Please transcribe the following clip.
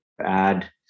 add